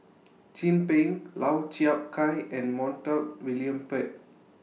Chin Peng Lau Chiap Khai and Montague William Pett